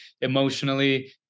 emotionally